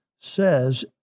says